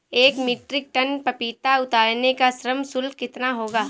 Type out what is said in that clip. एक metric tonne पपीता उतारने का श्रम शुल्क कितना होगा?